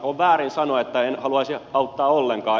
on väärin sanoa että en haluaisi auttaa ollenkaan